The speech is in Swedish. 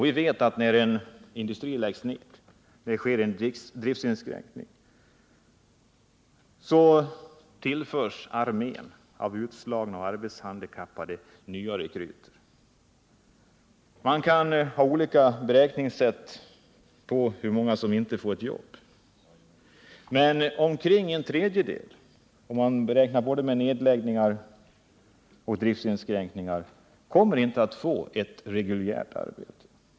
Vi vet att när en industri läggs ned eller när det sker en driftinskränkning så tillförs armén av utslagna och arbetshandikappade nya rekryter. Man kan ha olika beräkningssätt på hur många som inte får ett nytt jobb, men om man beräknar både nedläggningar och driftinskränkningar visar det sig att omkring en tredjedel inte kommer att få ett nytt reguljärt arbete.